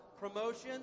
Promotions